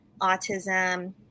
autism